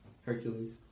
Hercules